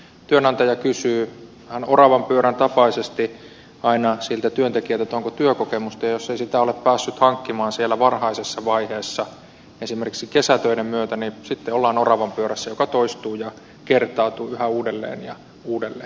työnantaja kysyy aina siltä työntekijältä onko työkokemusta ja jos ei sitä ole päässyt hankkimaan siellä varhaisessa vaiheessa esimerkiksi kesätöiden myötä niin sitten ollaan oravanpyörässä joka toistuu ja kertautuu yhä uudelleen ja uudelleen